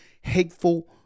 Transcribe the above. hateful